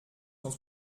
cent